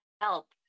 help